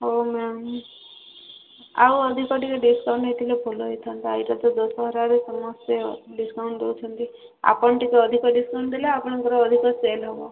ହଉ ମ୍ୟାମ୍ ଆଉ ଅଧିକ ଟିକେ ଡ଼ିସକାଉଣ୍ଟ୍ ହୋଇଥିଲେ ଭଲ ହୋଇଥାନ୍ତା ଦଶହରାରେ ସମସ୍ତେ ଡ଼ିସକାଉଣ୍ଟ୍ ଦେଉଛନ୍ତି ଆପଣ ଟିକେ ଅଧିକ ଡ଼ିସକାଉଣ୍ଟ୍ ଦେଲେ ଆପଣଙ୍କର ଅଧିକ ସେଲ୍ ହେବ